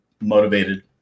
motivated